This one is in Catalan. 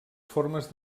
formes